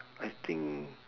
I think